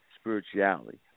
spirituality